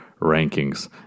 rankings